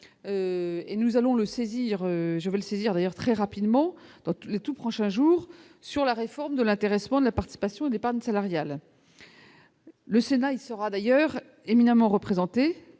et nous allons le saisir, je vais le saisir d'ailleurs très rapidement dans les tout prochains jours sur la réforme de l'intéressement, de la partie passion d'épargne salariale, le Sénat et sera d'ailleurs éminemment représentés